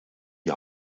die